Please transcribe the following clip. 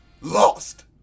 lost